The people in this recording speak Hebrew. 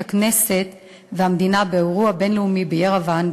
את הכנסת והמדינה באירוע בין-לאומי בירוואן,